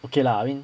okay lah I mean